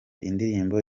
indirimbo